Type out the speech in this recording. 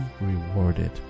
rewarded